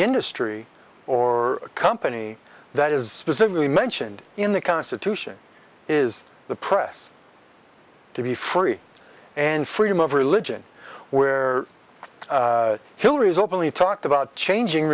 industry or company that is specifically mentioned in the constitution is the press to be free and freedom of religion where hillary's openly talked about changing